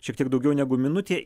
šiek tiek daugiau negu minutė